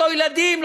לא ילדים,